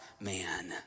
man